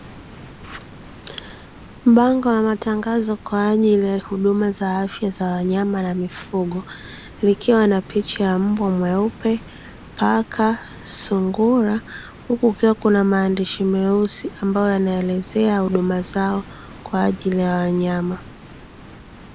Bango la matangazo kwa ajili ya huduma za afya za wanyama na mifugo, likiwa na picha ya mbwa mweupe, paka, sungura, huku kukiwa na maandishi meusi, yakiwa yanaelezea huduma zao kwa ajili ya wanyama.